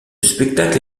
spectacle